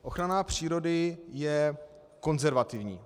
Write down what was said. Ochrana přírody je konzervativní.